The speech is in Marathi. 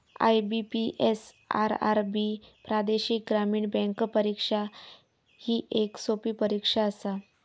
आई.बी.पी.एस, आर.आर.बी प्रादेशिक ग्रामीण बँक परीक्षा ही येक सोपी परीक्षा आसा